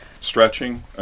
stretching